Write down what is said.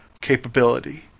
capability